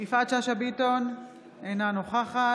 יפעת שאשא ביטון, אינה נוכחת